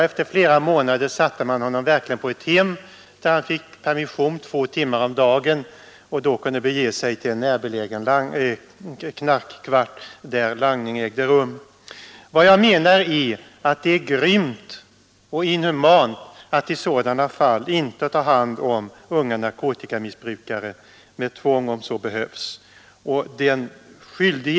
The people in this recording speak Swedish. Efter flera månader satte man honom verkligen på ett hem, där han dock fick permission två timmar om dagen, då han kunde bege sig till en närbelägen knarkarkvart där langning ägde rum. Det är grymt och inhumant att i sådana fall inte ta hand om unga narkotikamissbrukare — om så behövs med tvång.